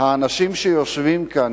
יפעלו האנשים שיושבים כאן,